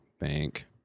Bank